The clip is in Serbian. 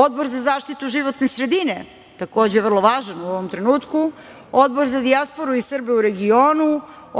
Odbor za zaštitu životne sredine, takođe vrlo važan u ovom trenutku, Odbor za dijasporu i Srbe u regionu,